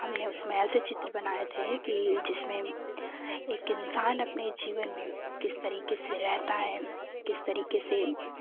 हमने उसमें ऐसे चित्र बनाए थे कि जिसमें एक इंसान अपने जीवन में किस तरीके से रहता है किस तरीके से